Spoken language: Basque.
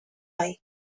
bai